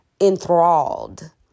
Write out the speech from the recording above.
enthralled